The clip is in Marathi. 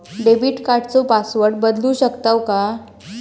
डेबिट कार्डचो पासवर्ड बदलु शकतव काय?